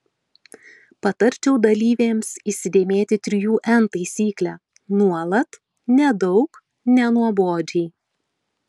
patarčiau dalyvėms įsidėmėti trijų n taisyklę nuolat nedaug nenuobodžiai